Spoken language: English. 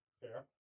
Fair